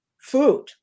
food